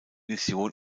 mission